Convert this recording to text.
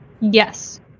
Yes